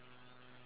ya